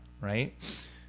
Right